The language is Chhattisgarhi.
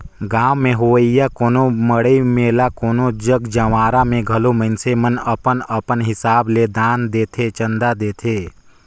गाँव में होवइया कोनो मड़ई मेला कोनो जग जंवारा में घलो मइनसे मन अपन अपन हिसाब ले दान देथे, चंदा देथे